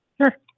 Sure